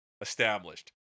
Established